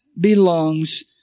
belongs